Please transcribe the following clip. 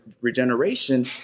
regeneration